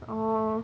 oh